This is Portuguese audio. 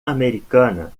americana